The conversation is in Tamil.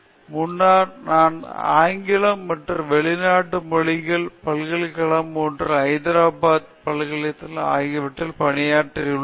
முன்னர் நான் ஆங்கிலம் மற்றும் வெளிநாட்டு மொழிகள் பல்கலைக்கழகம் மற்றும் ஹைதராபாத் பல்கலைக்கழகம் ஆகியவற்றில் பணியாற்றி உள்ளேன்